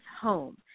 Home